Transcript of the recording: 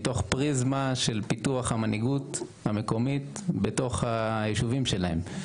מתוך פריזמה של פיתוח המנהיגות המקומית בתוך הישובים שלהם.